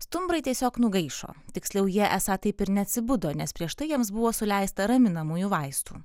stumbrai tiesiog nugaišo tiksliau jie esą taip ir neatsibudo nes prieš tai jiems buvo suleista raminamųjų vaistų